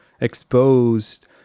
exposed